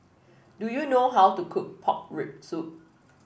do you know how to cook Pork Rib Soup